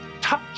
Touch